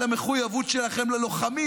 על המחויבות שלכם ללוחמים,